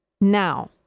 Now